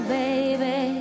baby